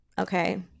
okay